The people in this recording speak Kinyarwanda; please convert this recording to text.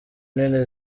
nini